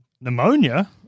Pneumonia